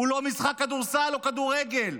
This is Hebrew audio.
הוא לא משחק כדורסל או כדורגל.